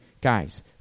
Guys